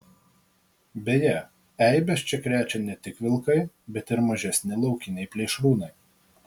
beje eibes čia krečia ne tik vilkai bet ir mažesni laukiniai plėšrūnai